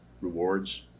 rewards